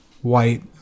white